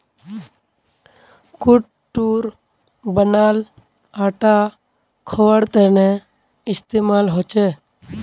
कुट्टूर बनाल आटा खवार तने इस्तेमाल होचे